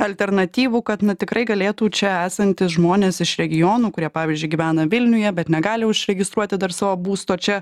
alternatyvų kad na tikrai galėtų čia esantys žmonės iš regionų kurie pavyzdžiui gyvena vilniuje bet negali užregistruoti dar savo būsto čia